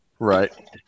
Right